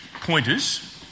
pointers